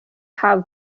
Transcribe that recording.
have